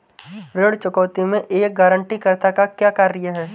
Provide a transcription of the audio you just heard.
ऋण चुकौती में एक गारंटीकर्ता का क्या कार्य है?